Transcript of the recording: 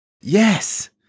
Yes